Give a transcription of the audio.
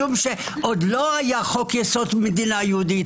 משום שעוד לא היה חוק יסוד מדינה יהודית